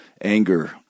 anger